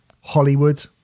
hollywood